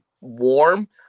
warm